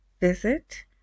visit